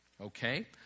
Okay